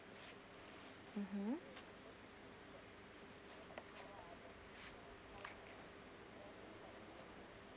mmhmm